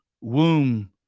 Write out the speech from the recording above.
womb